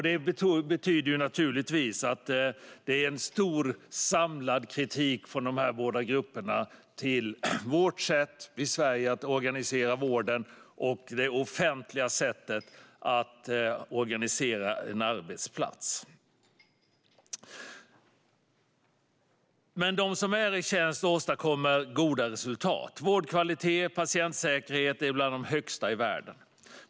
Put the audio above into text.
Detta betyder naturligtvis att det finns en stor, samlad kritik från dessa båda grupper när det gäller vårt sätt att organisera vården i Sverige och det offentliga sättet att organisera en arbetsplats. De som är i tjänst åstadkommer dock goda resultat: Vårdkvalitet och patientsäkerhet är bland de högsta i världen.